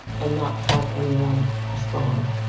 and not have anyone respond.